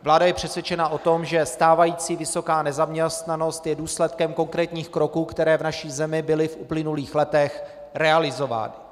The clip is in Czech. Vláda je přesvědčena o tom, že stávající vysoká nezaměstnanost je důsledkem konkrétních kroků, které v naší zemi byly v uplynulých letech realizovány.